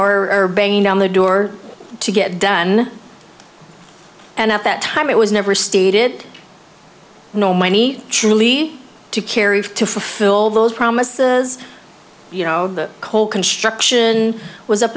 know are banging down the door to get done and at that time it was never stated no money truly to carry to fulfill those promises you know coal construction was up